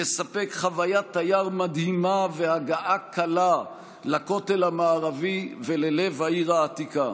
יספק חוויית תיירות מדהימה והגעה קלה לכותל המערבי וללב העיר העתיקה.